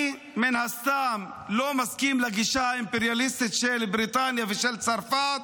אני מן הסתם לא מסכים לגישה האימפריאליסטית של בריטניה ושל צרפת